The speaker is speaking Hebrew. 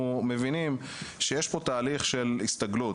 אנחנו מבינים שיש פה תהליך של הסתגלות,